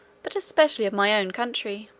but especially of my own country.